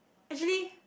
actually